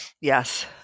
Yes